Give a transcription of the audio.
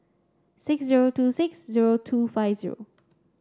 six zero two six zero two five zero